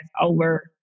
over